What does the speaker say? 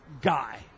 guy